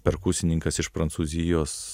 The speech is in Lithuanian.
perkusininkas iš prancūzijos